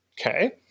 Okay